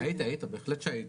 היית, היית, בהחלט שהיית.